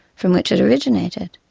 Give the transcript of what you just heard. from which it originated?